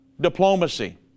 diplomacy